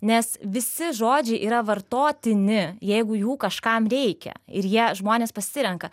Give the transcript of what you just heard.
nes visi žodžiai yra vartotini jeigu jų kažkam reikia ir jie žmonės pasirenka